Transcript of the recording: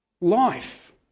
life